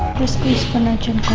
crispy spinach and